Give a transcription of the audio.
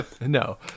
No